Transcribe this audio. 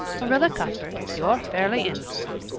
marilla cuthbert, you're fairly in for it.